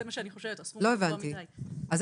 לא הבנתי.